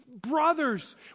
brothers